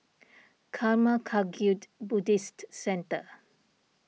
Karma Kagyud Buddhist Centre